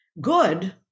good